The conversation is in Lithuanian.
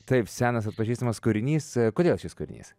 taip senas atpažįstamas kūrinys kodėl šis kūrinys